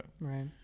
right